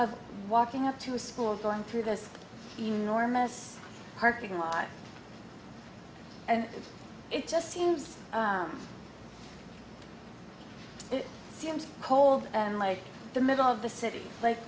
of walking up to a school or going through this enormous parking lot and it just seems it seems cold and like the middle of the city like